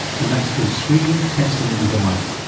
and that's through screening, testing and the like.